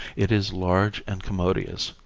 it is large and commodious,